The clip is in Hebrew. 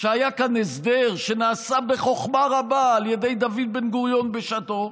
שהיה כאן הסדר שנעשה בחוכמה רבה על ידי דוד בן-גוריון בשעתו,